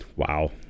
Wow